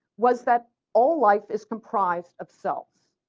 was that all life is comprised of cells.